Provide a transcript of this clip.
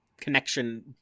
connection